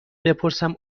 بپرسم